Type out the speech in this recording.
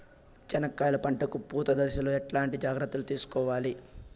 చెనక్కాయలు పంట కు పూత దశలో ఎట్లాంటి జాగ్రత్తలు తీసుకోవాలి?